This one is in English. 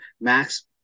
max